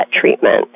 treatment